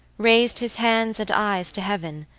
raised his hands and eyes to heaven,